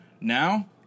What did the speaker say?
Now